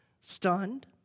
stunned